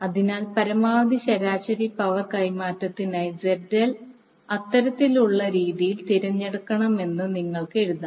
അതിനാൽ പരമാവധി ശരാശരി പവർ കൈമാറ്റത്തിനായി ZL അത്തരത്തിലുള്ള രീതിയിൽ തിരഞ്ഞെടുക്കണമെന്ന് നിങ്ങൾക്ക് എഴുതാം